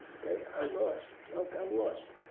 okay. i'm lost. look, i'm lost.